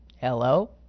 Hello